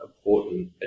important